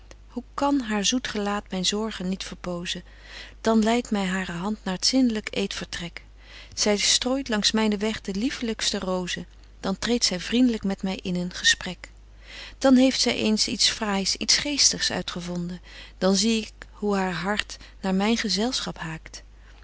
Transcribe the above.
hoe kan haar zoet gelaat myn zorgen niet verpozen dan leidt my hare hand naar t zindlyk eetvertrek zy strooit langs mynen weg de liefelykste rozen dan treedt zy vriendelyk met my in een gesprek betje wolff en aagje deken historie van mejuffrouw sara burgerhart dan heeft zy eens iets fraais iets geestigs uitgevonden dan zie ik hoe haar hart naar myn gezelschap